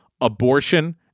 abortion